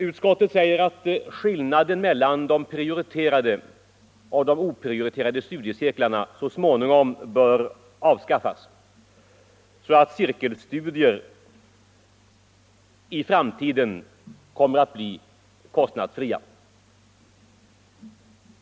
Utskottet säger att skillnaden mellan de prioriterade och de oprioriterade studiecirklarna småningom bör avskaffas så att cirkelstudier i framtiden kommer att bli kostnadsfria.